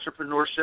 Entrepreneurship